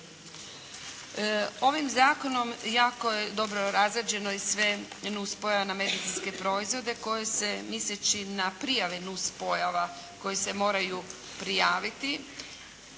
Ovim Zakonom jako je dobro razrađeno i sve i nus pojava na medicinske proizvode koji se misleći na prijave nus pojava koji se moraju prijaviti